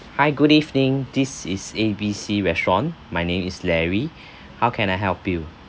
hi good evening this is A B C restaurant my name is larry how can I help you